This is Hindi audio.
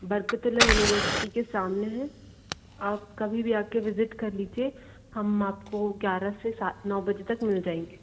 बरकतुल्लाह यूनिवर्सिटी के सामने है आप कभी भी आपके विज़िट कर लीजिए हम आपको ग्यारह से नौ बजे तक मिल जाएंगे